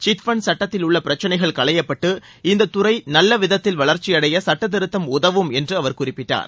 chit fund சுட்டத்திலுள்ள பிரச்சினைகள் களையப்பட்டு இந்த துறை நல்ல விதத்தில் வளர்ச்சியடைய சட்ட திருத்தம் உதவும் என்று அவர் குறிப்பிட்டார்